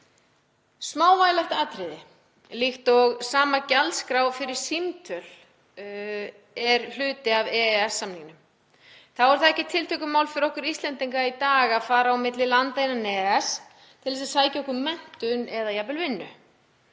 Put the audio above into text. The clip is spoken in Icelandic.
Smávægilegt atriði líkt og sama gjaldskrá fyrir símtöl er hluti af EES-samningnum. Þá er það ekki tiltökumál fyrir okkur Íslendinga í dag að fara á milli landa innan EES til að sækja okkur menntun eða jafnvel vinnu.